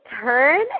turn